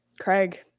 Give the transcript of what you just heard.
Craig